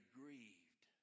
grieved